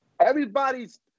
Everybody's